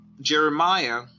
Jeremiah